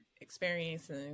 experiencing